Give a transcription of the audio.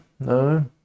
No